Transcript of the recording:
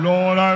Lord